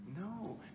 No